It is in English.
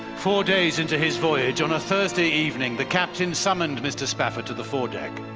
four days into his voyage, on a thursday evening, the captain summoned mr. spafford to the fore-deck.